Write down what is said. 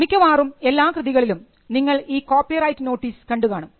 മിക്കവാറും എല്ലാ കൃതികളിലും നിങ്ങൾ ഈ കോപ്പിറൈറ്റ് നോട്ടീസ് കണ്ടുകാണും